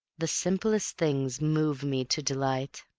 the simplest things move me to delight.